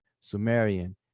sumerian